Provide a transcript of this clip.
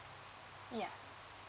yeah